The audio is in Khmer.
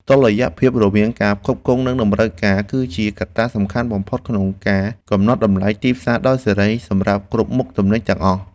តុល្យភាពរវាងការផ្គត់ផ្គង់និងតម្រូវការ គឺជាកត្តាសំខាន់បំផុតក្នុងការកំណត់តម្លៃទីផ្សារដោយសេរីសម្រាប់គ្រប់មុខទំនិញទាំងអស់។